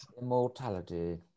Immortality